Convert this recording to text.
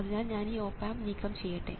അതിനാൽ ഞാൻ ഈ ഓപ് ആമ്പ് നീക്കം ചെയ്യട്ടെ